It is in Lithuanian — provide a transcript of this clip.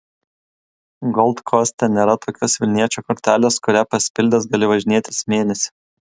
gold koste nėra tokios vilniečio kortelės kurią pasipildęs gali važinėtis mėnesį